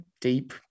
deep